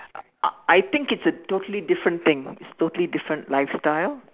I I think it's a totally different thing it's totally different lifestyle